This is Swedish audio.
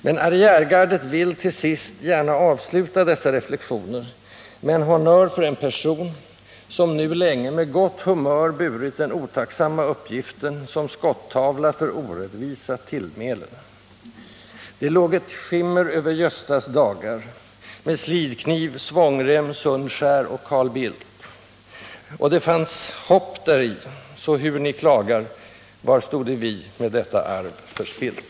Men arriärgardet vill, till sist, gärna avsluta dessa reflexioner med en honnör för en person, som nu länge med gott humör burit den otacksamma uppgiften som skottavla för orättvisa tillmälen: Det låg ett skimmer över Göstas dagar och det fanns hopp däri, så hur ni klagar: var stode vi med detta arv förspillt?